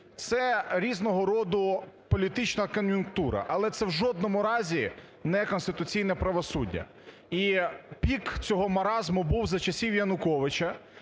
це різного роду політична кон'юнктура, але це в жодному разі не конституційне правосуддя. І пік цього маразму був за часів Януковича,